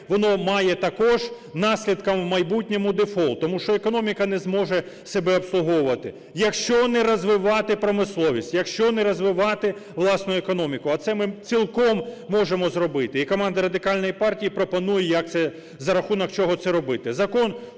воно має також наслідками у майбутньому дефолт, тому що економіка не зможе себе обслуговувати. Якщо не розвивати промисловість, якщо не розвивати власну економіку, а це ми цілком можемо зробити, і команда Радикальної партії пропонує, за рахунок чого це робити.